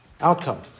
outcome